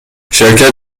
شرکت